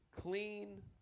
clean